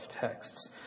texts